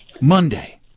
monday